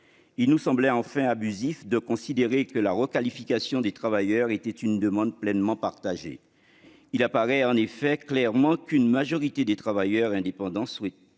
Il nous semblait enfin abusif de considérer que la requalification des travailleurs était une demande pleinement partagée. Il apparaît en effet clairement qu'une majorité des travailleurs indépendants souhaitent